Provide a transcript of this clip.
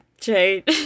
Jade